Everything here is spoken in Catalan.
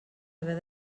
haver